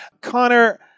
Connor